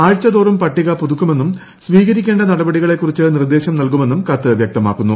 ആഴ്ചതോറും പട്ടിക പൂതുക്കുമെന്നും സ്ഥീകരിക്കേണ്ട നടപടികളെക്കുറിച്ച് നിർദ്ദേശം നൽകുമെന്നും കത്ത് വൃക്തമാക്കുന്നു